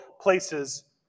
places